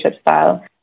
style